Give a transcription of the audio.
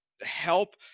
help